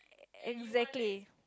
exactly